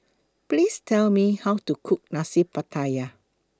Please Tell Me How to Cook Nasi Pattaya